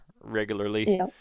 regularly